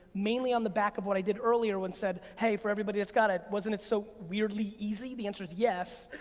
mainly on the back of what i did earlier when said, hey, for everybody that's got it, wasn't it so weirdly easy? the answer's yes.